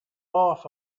off